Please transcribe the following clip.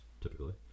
typically